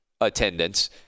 attendance